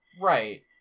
Right